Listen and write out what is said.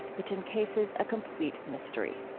which incases a complete mystery.